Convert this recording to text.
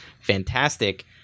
fantastic